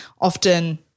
often